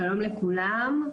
שלום לכולם.